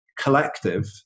collective